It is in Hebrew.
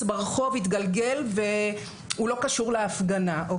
ברחוב התגלגל והוא לא קשור להפגנה.